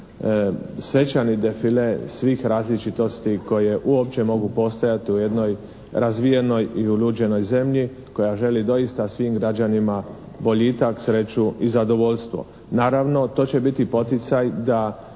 svečani defile svih različitosti koje uopće mogu postojati u jednoj razvijenoj i uljuđenoj zemlji koja želi doista svim građanima boljitak, sreću i zadovoljstvo. Naravno to će biti poticaj da